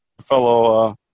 fellow –